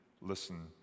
listen